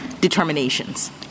determinations